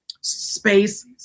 space